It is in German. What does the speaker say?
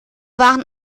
waren